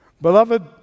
Beloved